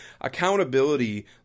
accountability